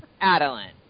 Adeline